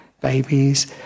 babies